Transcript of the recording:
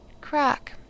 crack